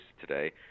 today